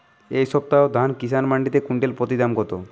এই সপ্তাহে ধান কিষান মন্ডিতে কুইন্টাল প্রতি দাম কত?